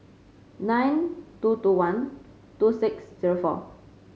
nine two two one two six zero four